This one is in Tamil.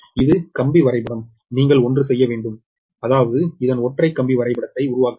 இது ஒற்றை கம்பி வரைபடம் நீங்கள் ஒன்று செய்ய வேண்டும் அதாவது இதன் ஒற்றை கம்பி வரைபடத்தை உருவாக்க வேண்டும்